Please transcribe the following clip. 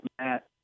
Matt